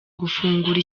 gufungura